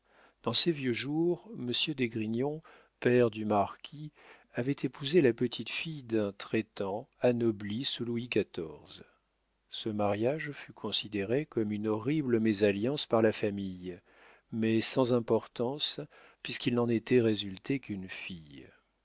dans ses vieux jours monsieur d'esgrignon père du marquis avait épousé la petite-fille d'un traitant anobli sous louis xiv ce mariage fut considéré comme une horrible mésalliance par la famille mais sans importance puisqu'il n'en était résulté qu'une fille